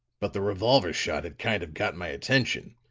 but the revolver shot had kind of got my attention,